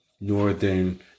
northern